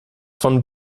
von